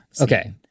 okay